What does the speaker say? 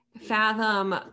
fathom